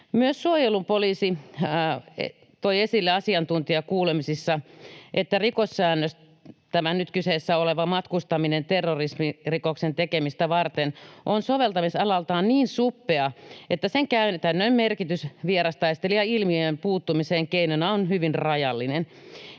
Myös suojelupoliisi toi esille asiantuntijakuulemisissa, että rikossäännös — tämä nyt kyseessä oleva matkustaminen terrorismirikoksen tekemistä varten — on soveltamisalaltaan niin suppea, että sen käytännön merkitys vierastaistelijailmiöön puuttumisen keinona on hyvin rajallinen.